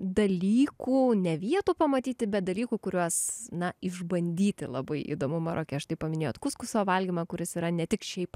dalykų ne vietų pamatyti bet dalykų kuriuos na išbandyti labai įdomu maroke štai paminėjot kuskuso valgymą kuris yra ne tik šiaip